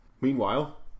Meanwhile